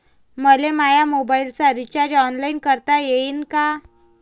मले माया मोबाईलचा रिचार्ज ऑनलाईन करता येईन का?